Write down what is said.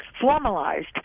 formalized